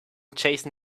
jason